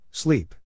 Sleep